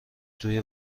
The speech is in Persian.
توی